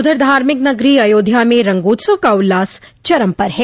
उधर धार्मिक नगरो अयोध्या म रंगोत्सव का उल्लास चरम पर है